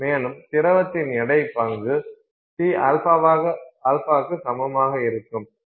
மேலும் திரவத்தின் எடைப் பங்கு Cα க்கு சமமாக இருக்கும்